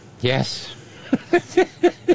Yes